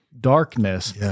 darkness